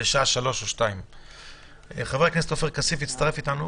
לשעה 15:00 או 14:00. חבר הכנסת עופר כסיף הצטרף אלינו.